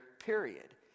period